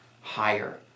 higher